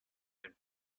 and